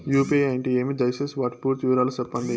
UPI అంటే ఏమి? దయసేసి వాటి పూర్తి వివరాలు సెప్పండి?